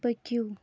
پٔکِو